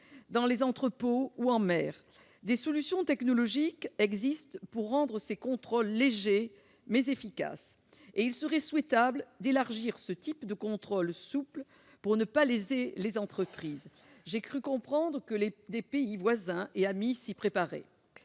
dans les entrepôts ou en mer. Des solutions technologiques existent pour rendre ces contrôles légers, mais efficaces, et il serait souhaitable d'élargir ce type de contrôle souple, pour ne pas léser les entreprises. J'ai cru comprendre que des pays voisins et amis s'y prépareraient.